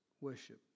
Worship